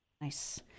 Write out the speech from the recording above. Nice